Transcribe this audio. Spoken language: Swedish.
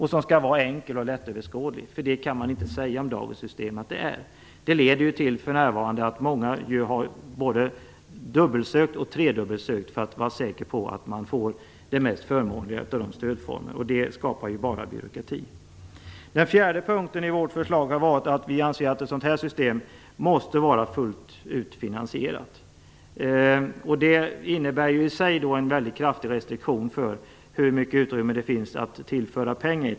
Den skall vara enkel och lättöverskådlig. Det kan man inte säga att dagens system är. Det leder till att många har både dubbeloch tredubbelsökt för att vara säkra på att få den mest förmånliga stödformen. Det skapar ju bara byråkrati. Den fjärde punkten i vårt förslag är att vi anser att systemet måste vara finansierat fullt ut. Det innebär en väldigt kraftig restriktion för hur mycket utrymme som finns för att tillföra pengar.